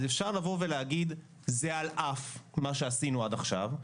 אז אפשר לבוא ולהגיד שזה על אף מה שעשינו עד עכשיו,